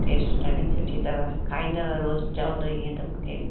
taste ॾाढी सुठी अथव खाईंदव रोज़ु चवंदव इअं त मूंखे